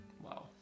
Wow